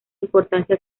importancia